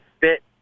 fit